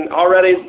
already